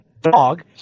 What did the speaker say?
dog